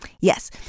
yes